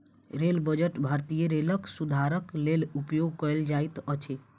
rail budget भारतीय रेलक सुधारक लेल उपयोग कयल जाइत अछि